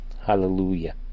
hallelujah